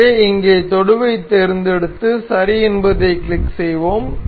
எனவே இங்கே தொடுவைத் தேர்ந்தெடுத்து சரி என்பதைக் கிளிக் செய்வோம்